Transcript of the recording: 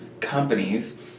companies